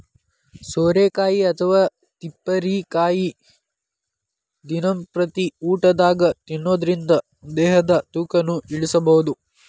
ಸೋರೆಕಾಯಿ ಅಥವಾ ತಿಪ್ಪಿರಿಕಾಯಿ ದಿನಂಪ್ರತಿ ಊಟದಾಗ ತಿನ್ನೋದರಿಂದ ದೇಹದ ತೂಕನು ಇಳಿಸಬಹುದು